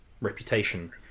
reputation